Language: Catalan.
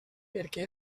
perquè